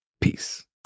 Peace